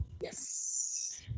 Yes